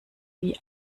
wie